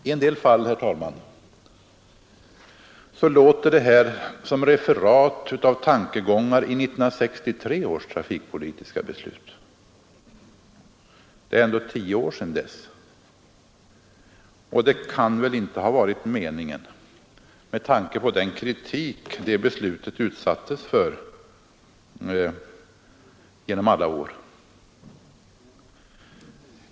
I en del fall, herr talmam, låter det här som referat av tankegångar i 1963 års trafikpolitiska beslut — det är ändå tio år sedan dess — och det kan väl inte ha varit meningen med tanke på den kritik det beslutet har utsatts för genom alla år.